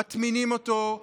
מטמינים אותו,